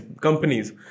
companies